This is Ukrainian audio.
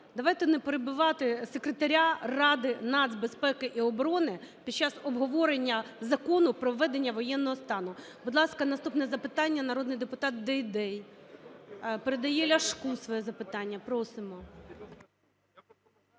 Давайте не перебивати Секретаря Ради нацбезпеки і оборони під час обговорення Закону про введення воєнного стану. Будь ласка, наступне запитання - народний депутат Дейдей. Передає Ляшку своє запитання. Просимо.